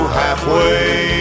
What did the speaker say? halfway